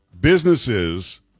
businesses